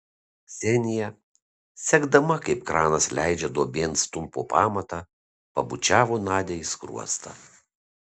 ksenija sekdama kaip kranas leidžia duobėn stulpo pamatą pabučiavo nadią į skruostą